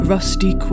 Rusty